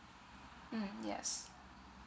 mm yes